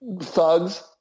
thugs